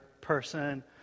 person